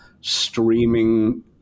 streaming